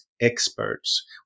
experts